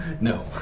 no